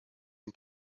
and